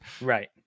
right